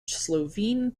slovene